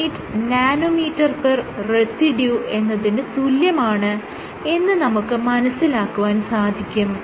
38 nanometre residue എന്നതിന് തുല്യമാണ് എന്ന് നമുക്ക് മനസ്സിലാക്കുവാൻ സാധിക്കും